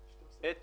את